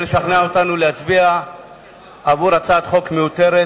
לשכנע אותנו להצביע עבור הצעת חוק מיותרת,